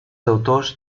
autors